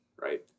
right